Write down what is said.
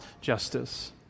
justice